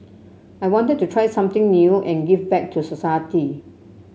I wanted to try something new and give back to society